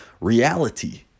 reality